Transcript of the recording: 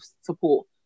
support